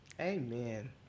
Amen